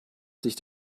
sich